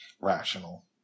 Rational